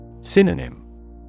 Synonym